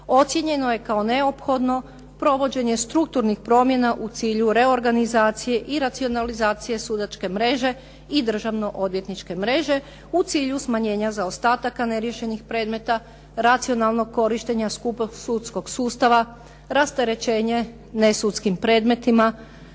ocijenjeno je kao neophodno provođenje strukturnih promjena u cilju reorganizacije i racionalizacije sudačke mreže i državno-odvjetničke mreže u cilju smanjenja zaostataka neriješenih predmeta, racionalnog korištenja skupog sudskog sustava, rasterećenje nesudskim predmetima,